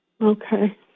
Okay